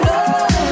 love